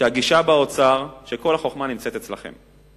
שהגישה באוצר היא שכל החוכמה נמצאת אצלכם.